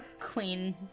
queen